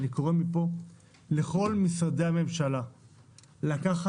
אני קורא מפה לכל משרדי המשלה לקחת